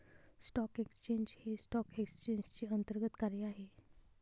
stock exchange हे stock एक्सचेंजचे अंतर्गत कार्य आहे